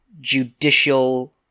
judicial